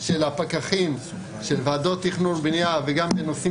של הפקחים של ועדות תכנון ובנייה וגם בנושאים